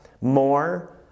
more